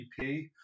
EP